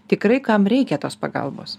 tikrai kam reikia tos pagalbos